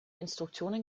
instruktionen